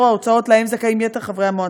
ההוצאות שלהם זכאים יתר חברי המועצה.